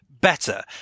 better